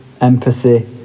empathy